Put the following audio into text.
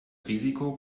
risiko